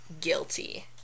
guilty